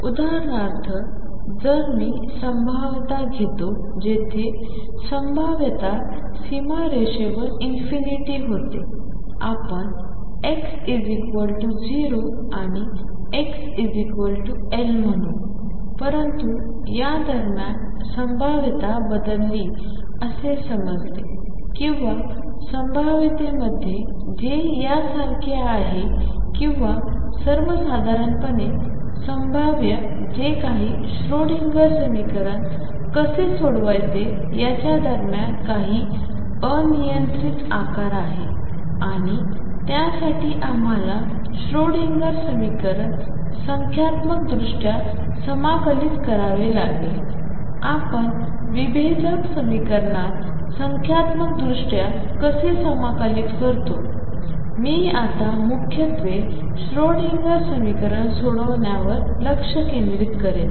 उदाहरणार्थ जरी मी संभाव्यता घेतो जिथे संभाव्यतासीमारेषेवर∞ होते आपण x 0 आणि x L म्हणू परंतु या दरम्यान संभाव्यता बदलली असे समजले किंवा संभाव्यतेमध्ये जे यासारखे आहे किंवा सर्वसाधारणपणे संभाव्य जे काही श्रोडिंगर समीकरण कसे सोडवायचे याच्या दरम्यान काही अनियंत्रित आकार आहे आणि त्यासाठी आम्हाला श्रोडिंगर समीकरण संख्यात्मकदृष्ट्या समाकलित करावे लागेलआपण विभेदक समीकरणात संख्यात्मकदृष्ट्या कसे समाकलित करतो मी आता मुख्यत्वे श्रोडिंगर समीकरण सोडवण्यावर लक्ष केंद्रित करेन